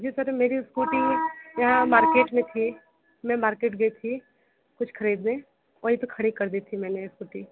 जी sir मेरी scooty यहाँ market में थी मैं मार्केट गई थी कुछ ख़रीदने वहीं पर खड़ी कर दी थी मैंने स्कूटी